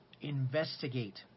Investigate